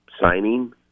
signing